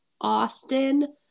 Austin